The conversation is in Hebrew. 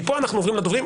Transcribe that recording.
מפה אנחנו עוברים לדוברים.